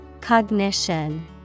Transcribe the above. Cognition